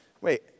wait